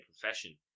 profession